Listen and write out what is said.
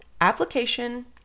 application